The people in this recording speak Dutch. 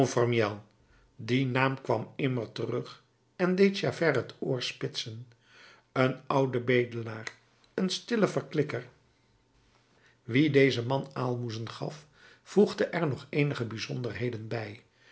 die naam kwam immer terug en deed javert het oor spitsen een oude bedelaar een stille verklikker wien deze man aalmoezen gaf voegde er nog eenige bijzonderheden bij